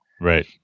Right